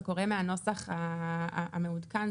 אתה קורא מהנוסח המעודכן,